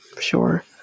sure